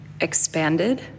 expanded